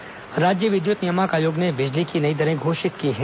बिजली दर राज्य विद्युत नियामक आयोग ने बिजली की नई दरें घोषित की हैं